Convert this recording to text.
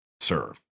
sir